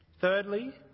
Thirdly